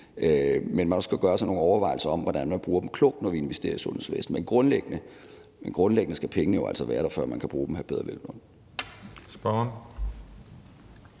at man skal gøre sig nogle overvejelser om, hvordan man bruger dem klogt, når vi investerer i sundhedsvæsenet. Men grundlæggende skal pengene jo altså være der, før man kan bruge dem, hr. Peder Hvelplund.